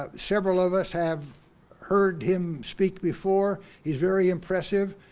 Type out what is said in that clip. ah several of us have heard him speak before, he's very impressive,